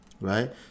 right